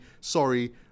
Sorry